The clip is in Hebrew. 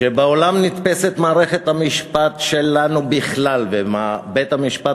שברחבי עולם נתפסת מערכת המשפט שלנו בכלל ובית-המשפט